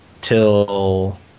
till